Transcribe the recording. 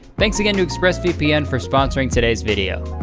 thanks again to express vpn for sponsoring today's video.